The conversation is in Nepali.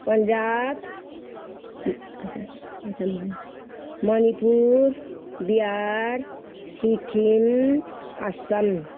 पन्जाब मणिपुर बिहार सिक्किम असम